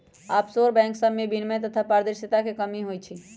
offshore bank सभमें विनियमन तथा पारदर्शिता के कमी होइ छइ